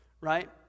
right